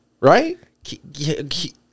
right